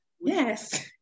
yes